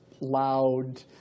loud